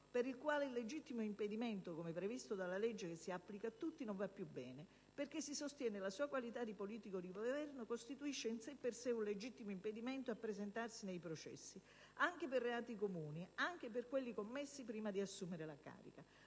per il quale il legittimo impedimento previsto dalla legge che si applica a tutti non va più bene, perché - si sostiene - la sua qualità di politico di Governo costituisce in sé e per sé un legittimo impedimento a presentarsi nei processi in cui è imputato, anche per reati comuni, anche per quelli commessi prima di assumere la carica.